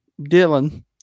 Dylan